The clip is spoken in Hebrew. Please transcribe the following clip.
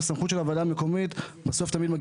למה